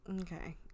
Okay